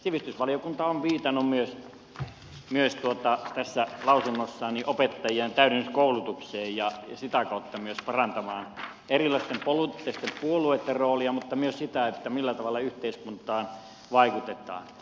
sivistysvaliokunta on viitannut tässä lausunnossaan myös opettajien täydennyskoulutukseen ja että sitä kautta myös parannetaan erilaisten poliittisten puolueitten roolia mutta myös sitä millä tavalla yhteiskuntaan vaikutetaan